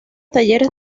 talleres